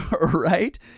right